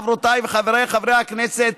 חברותיי וחבריי חברי הכנסת,